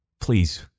please